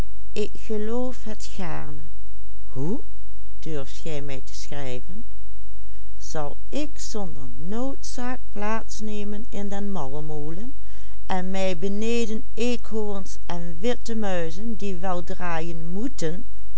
plaats nemen in den mallemolen en mij beneden eekhorens en witte muizen die wel draaien moeten